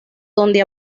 donde